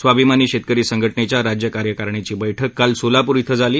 स्वाभिमानी शेतकरी संघटनेच्या राज्य कार्यकारिणीची बछ्क काल सोलाप्र थिं झाली